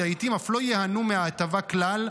שלעיתים אף לא ייהנו מההטבה כלל,